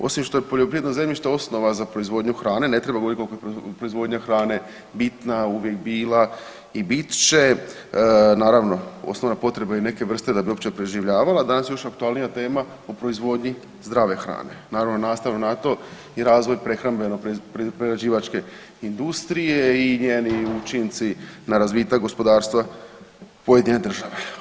Osim što je poljoprivredno zemljište osnova za proizvodnju hrane, ne treba govorit koliko je proizvodnja hrane bitna uvijek bila i bit će, naravno osnovne potrebe i neke vrste da bi uopće preživljavala, a danas je još aktualnija tema o proizvodnji zdrave hrane, naravno nastavno na to i razvoj prehrambeno prerađivačke industrije i njeni učinci na razvitak gospodarstva pojedine države.